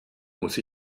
muss